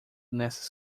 nessas